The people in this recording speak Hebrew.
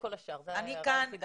לכל השאר.